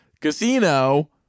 Casino